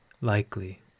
likely